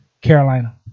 Carolina